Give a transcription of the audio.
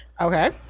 Okay